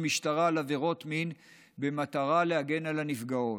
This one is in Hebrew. במשטרה על עבירות מין במטרה להגן על הנפגעות,